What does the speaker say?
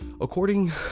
According